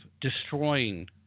destroying